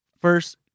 first